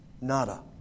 nada